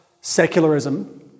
secularism